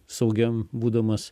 saugiam būdamas